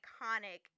iconic